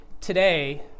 today